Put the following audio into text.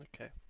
Okay